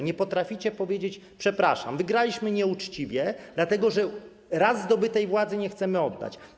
Nie potraficie powiedzieć: przepraszam, wygraliśmy nieuczciwie, dlatego że raz zdobytej władzy nie chcemy oddać.